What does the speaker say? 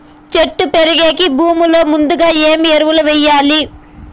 చెట్టు పెరిగేకి భూమిలో ముందుగా ఏమి ఎరువులు వేయాలి?